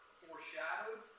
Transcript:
foreshadowed